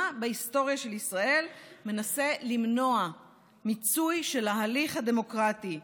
בהיסטוריה של ישראל מנסה למנוע מיצוי של ההליך הדמוקרטי.